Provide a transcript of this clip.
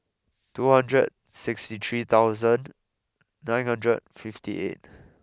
two hundred sixty three thousand nine hundred fifty eight